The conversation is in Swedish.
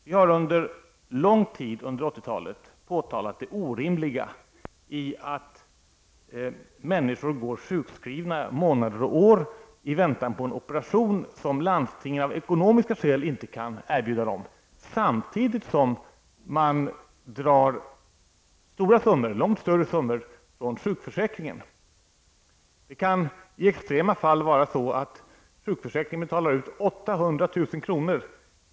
Vi har under lång tid under 80-talet påtalat det orimliga i att människor går sjukskrivna månader och år i väntan på en operation som landstinget av ekonomiska skäl inte kan erbjuda dem, samtidigt som de drar mycket stora summor från sjukförsäkringen. Det kan i extrema fall vara så att sjukförsäkringen betalar ut 800 000 kr.